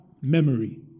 memory